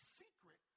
secret